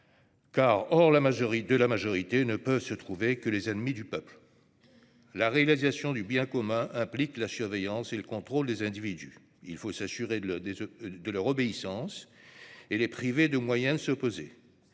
quand hors de la majorité ne peuvent se trouver que les ennemis du peuple ? La réalisation du bien commun implique la surveillance et le contrôle des individus. Il faut s'assurer de leur obéissance et les priver des moyens de s'opposer.